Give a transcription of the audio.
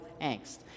angst